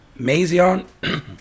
Mazion